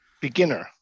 Beginner